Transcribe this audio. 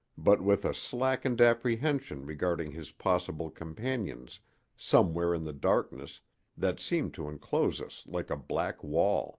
but with a slackened apprehension regarding his possible companions somewhere in the darkness that seemed to enclose us like a black wall